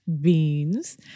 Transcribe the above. Beans